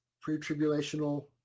pre-tribulational